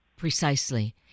Precisely